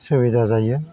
सुबिदा जायो